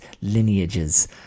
lineages